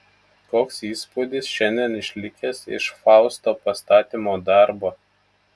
koks įspūdis šiandien išlikęs iš fausto pastatymo darbo